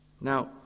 Now